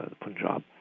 Punjab